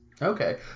Okay